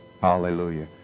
Hallelujah